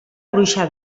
bruixa